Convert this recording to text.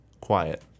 quiet